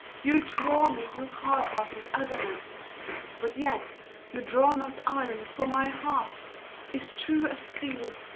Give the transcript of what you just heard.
you draw me, you hard-hearted adamant but yet you draw not iron, for my heart is true as steel.